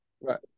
right